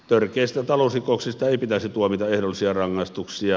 törkeistä talousrikoksista ei pitäisi tuomita ehdollisia rangaistuksia